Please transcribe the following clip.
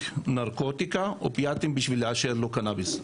נרקוטיקה אופיאטים בשביל לאשר לו קנביס.